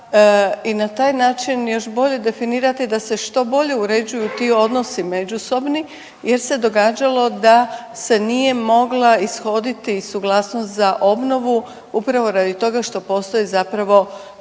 i na taj način još bolje definirati da se što bolje uređuju ti odnosi međusobni jer se događalo da se nije mogla ishoditi suglasnost za obnovu upravo radi toga što postoje zapravo